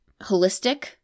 holistic